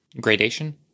Gradation